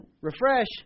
Refresh